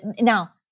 Now